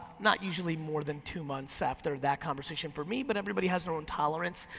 not usually more than two months after that conversation for me, but everybody has their own tolerance.